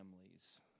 families